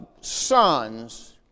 sons